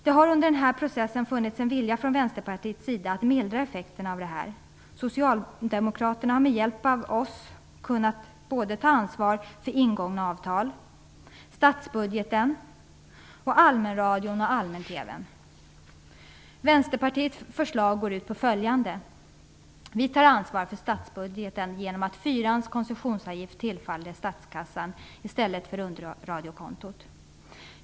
Det har under den här processen funnits en vilja från Vänsterpartiets sida att mildra effekterna av allt detta. Socialdemokraterna hade med hjälp av oss kunnat ta ansvar för ingångna avtal, statsbudgeten och allmänradion och allmän-TV:n. Vänsterpartiets förslag gå ut på följande. Vi tar ansvar för statsbudgeten genom att föreslå att P4-ans koncessionsavgift tillfaller statskassan i stället för Rundradiokontot.